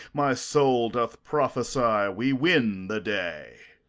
my soul doth prophecy we win the day.